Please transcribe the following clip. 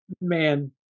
man